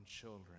children